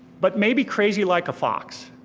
but maybe crazy like a fox.